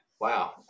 Wow